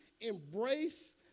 embrace